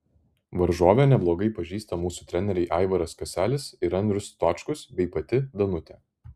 varžovę neblogai pažįsta mūsų treneriai aivaras kaselis ir andrius stočkus bei pati danutė